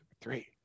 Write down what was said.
Three